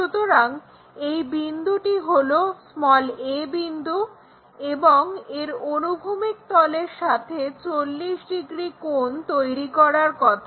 সুতরাং এই বিন্দুটি হলো a বিন্দু এবং এর অনুভূমিক তলের সাথে 40 ডিগ্রি কোণ তৈরি করার কথা